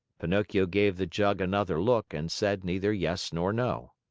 pinocchio gave the jug another look and said neither yes nor no.